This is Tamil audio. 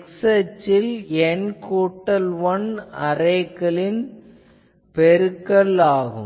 x அச்சில் N கூட்டல் 1 அரேக்களின் பெருக்கலாகும்